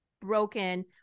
broken